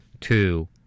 Two